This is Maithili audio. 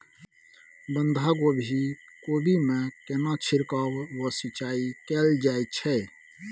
बंधागोभी कोबी मे केना छिरकाव व सिंचाई कैल जाय छै?